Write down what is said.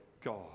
God